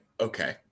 okay